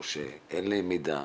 או שאין להם את המידע,